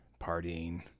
partying